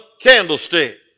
candlestick